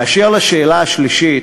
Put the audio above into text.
באשר לשאלה השלישית,